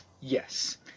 Yes